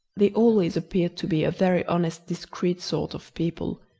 they always appeared to be a very honest discreet sort of people,